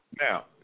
Now